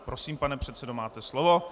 Prosím, pane předsedo, máte slovo.